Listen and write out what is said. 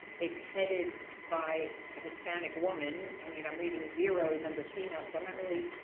it's headed by hispanic woman and you know i'm reading zeroes under female. so i'm not really.